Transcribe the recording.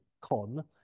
con